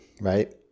right